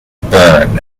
burn